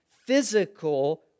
physical